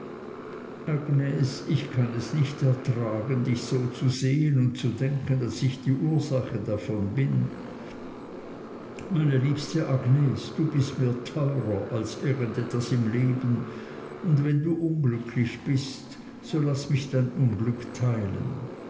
ich kann es nicht ertragen dich so zu sehen und zu denken daß ich die ursache davon bin meine liebste agnes du bist mir teurer als irgend etwas im leben und wenn du unglücklich bist so laß mich dein unglück teilen